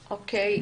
אוקיי.